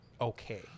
okay